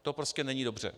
To prostě není dobře.